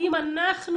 אם אנחנו,